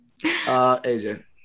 AJ